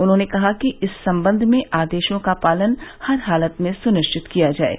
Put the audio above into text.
उन्होंने कहा कि इस संबंध में आदेशों का पालन हर हालत में सुनिश्चित किया जाये